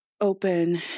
open